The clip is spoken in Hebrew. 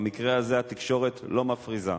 במקרה הזה התקשורת לא מפריזה.